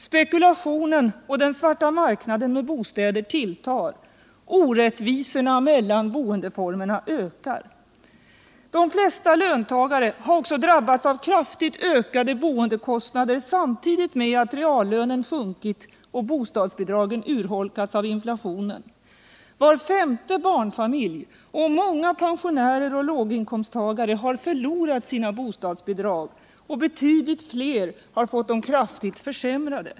Spekulationen och den svarta marknaden med bostäder tilltar. Orättvisorna mellan boendeformerna ökar. De flesta löntagare har också drabbats av kraftigt ökade boendekostnader samtidigt med att reallönen sjunkit och bostadsbidragen urholkats av inflationen. Var femte barnfamilj och många pensionärer och låginkomsttagare har förlorat sina bostadsbidrag, och betydligt fler har fått dem kraftigt försämrade.